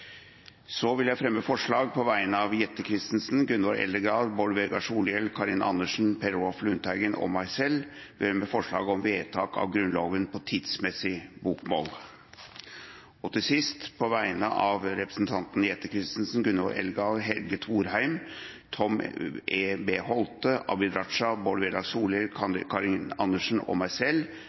Så vil jeg fremme forslag fra representantene Jette F. Christensen, Gunvor Eldegard, Bård Vegar Solhjell, Karin Andersen, Per Olaf Lundteigen og meg selv, om vedtak av Grunnloven på tidsmessig bokmål. Til slutt: På vegne av representantene Jette F. Christensen, Gunvor Eldegard, Helge Thorheim, Tom E.B. Holthe, Abid Q. Raja, Bård Vegar Solhjell, Karin Andersen og meg selv